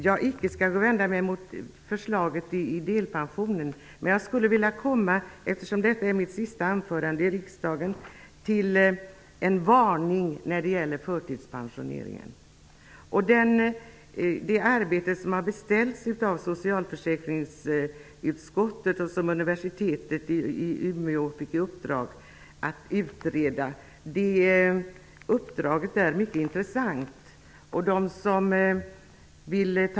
Jag vänder mig inte emot förslaget om delpensionen. Eftersom detta är mitt sista anförande i riksdagen, skulle jag vilja ge en varning när det gäller förtidspensioneringen. Den rapport som gjorts av det arbete som har beställts av socialförsäkringsutskottet och som Universitet i Umeå har fått i uppdrag är mycket intressant.